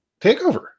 Takeover